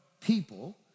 people